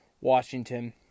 Washington